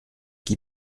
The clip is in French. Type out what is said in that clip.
qui